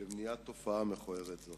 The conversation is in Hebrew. במניעת תופעה מכוערת זו.